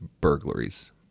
burglaries